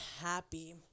happy